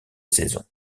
saison